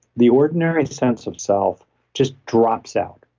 the ordinary sense of self just drops out,